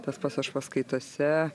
tas pats aš paskaitose